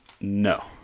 No